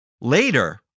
Later